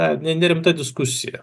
nedirbta diskusija